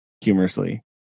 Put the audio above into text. humorously